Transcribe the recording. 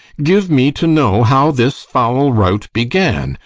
give me to know how this foul rout began,